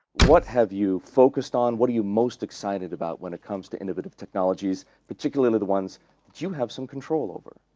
what have you focused on? what are you most excited about when it comes to innovative technologies, particularly the ones you have some control over?